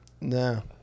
No